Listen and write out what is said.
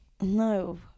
No